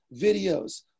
videos